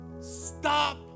Stop